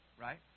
right